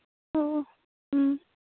ꯑꯣ ꯎꯝ